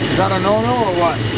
gotta know know ah what